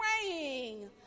praying